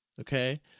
okay